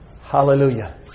Hallelujah